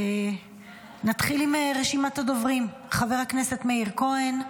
נתחיל עם רשימת הדוברים: חבר הכנסת מאיר כהן,